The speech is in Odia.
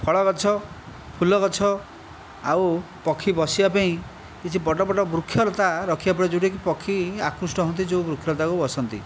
ଫଳ ଗଛ ଫୁଲ ଗଛ ଆଉ ପକ୍ଷୀ ବସିବା ପାଇଁ କିଛି ବଡ ବଡ ବୃକ୍ଷ ଲତା ରଖିବାକୁ ପଡ଼ିବ ଯେଉଁଟାକି ପକ୍ଷୀ ଆକୃଷ୍ଟ ହୁଅନ୍ତି ଯେଉଁ ବୃକ୍ଷ ଲତାକୁ ବସନ୍ତି